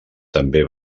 també